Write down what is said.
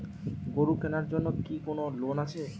গরু কেনার জন্য কি কোন লোন আছে?